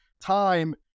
time